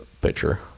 picture